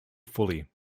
fully